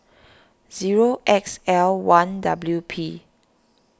zero X L one W P